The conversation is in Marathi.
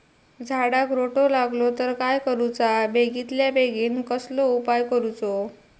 झाडाक रोटो लागलो तर काय करुचा बेगितल्या बेगीन कसलो उपाय करूचो?